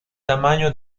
tamaño